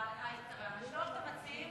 ההצעה להעביר את הנושא לוועדת הכספים